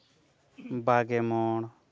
ᱵᱟᱜᱮ ᱢᱚᱬ